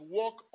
work